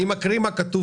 אני קורא מה כתוב